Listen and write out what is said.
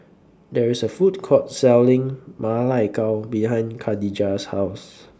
There IS A Food Court Selling Ma Lai Gao behind Kadijah's House